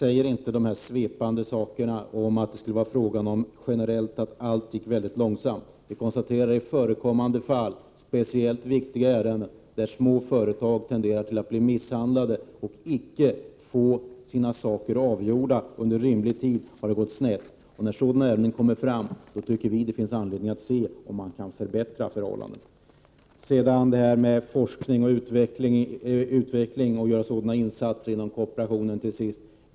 Herr talman! Vi säger inte i reservation 1 de här svepande sakerna om att allt går mycket långsamt. Vi konstaterar att det i förekommande fall har gått snett, speciellt i viktiga ärenden där små företag tenderat att bli misshandlade, och att företagen inte fått sina fall avgjorda inom en rimlig tid. När sådana ärenden kommer fram tycker vi det finns anledning att se om man kan förbättra förhållandena. Så till frågan om forskning och utveckling och insatser inom kooperationen.